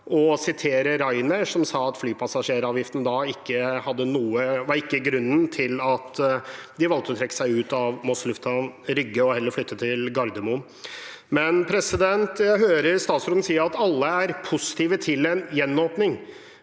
han siterer Ryanair, som sa at flypassasjeravgiften ikke var grunnen til at de valgte å trekke seg ut av Moss lufthavn, Rygge og heller ville flytte til Gardermoen. Jeg hører statsråden si at alle er positive til en gjenåpning.